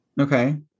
Okay